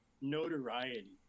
notoriety